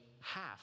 half